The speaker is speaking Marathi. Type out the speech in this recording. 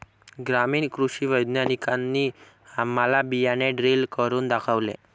ग्रामीण कृषी वैज्ञानिकांनी आम्हाला बियाणे ड्रिल करून दाखवले